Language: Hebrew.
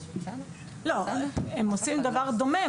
לא, הם עושים דבר דומה.